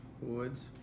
woods